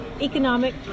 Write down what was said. economic